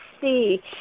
see